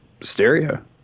stereo